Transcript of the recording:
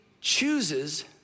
chooses